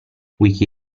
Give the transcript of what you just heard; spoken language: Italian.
wiki